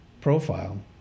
Profile